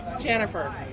Jennifer